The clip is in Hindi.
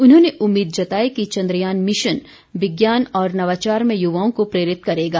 उन्होंने उम्मीद जताई कि चंद्रयान मिशन विज्ञान और नवाचार में युवाओं को प्रेरित करेगा